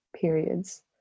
periods